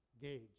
gauge